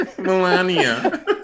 melania